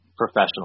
professional